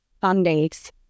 Sundays